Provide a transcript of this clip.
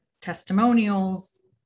testimonials